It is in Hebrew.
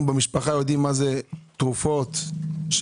אנחנו במשפחה יודעים מה זה תרופות יקרות